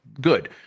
Good